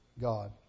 God